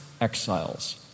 exiles